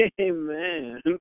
Amen